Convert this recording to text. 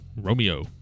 Romeo